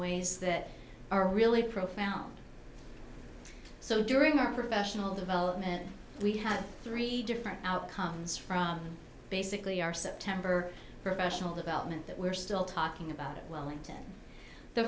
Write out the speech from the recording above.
ways that are really profound so during our professional development we had three different outcomes from basically our september professional development that we're still talking about wellington the